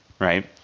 right